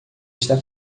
está